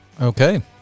Okay